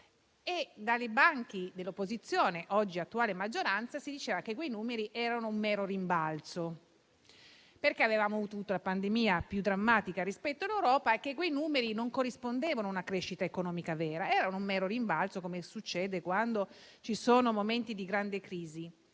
Dai banchi dell'opposizione, oggi attuale maggioranza, si diceva che quei numeri erano un mero rimbalzo perché avevamo avuto una pandemia più drammatica rispetto all'Europa e che non corrispondevano a una crescita economica vera, come succede nei momenti di grande crisi.